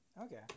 okay